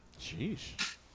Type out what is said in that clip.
Jeez